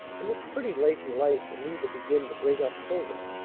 and it's pretty late in life for me to begin to bring up children.